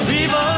Viva